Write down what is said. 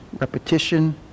repetition